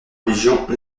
religion